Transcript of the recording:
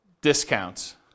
discounts